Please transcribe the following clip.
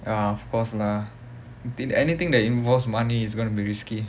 ya of course lah anything that involves money is going to be risky